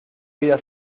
vida